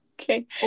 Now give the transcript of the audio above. Okay